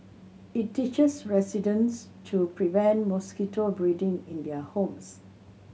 it teaches residents to prevent mosquito breeding in their homes